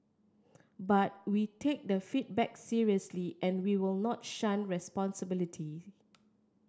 but we take the feedback seriously and we will not shun responsibility